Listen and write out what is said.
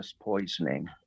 poisoning